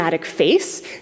Face